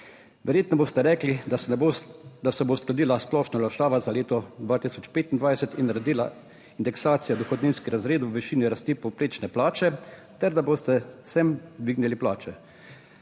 Verjetno boste rekli, da se ne bo, da se bo uskladila splošna olajšava za leto 2025 in naredila indeksacija dohodninskih razredov v višini rasti povprečne plače ter da boste vsem dvignili plače.